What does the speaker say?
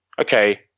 okay